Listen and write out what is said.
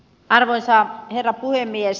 arvoisa herra puhemies